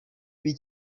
b’i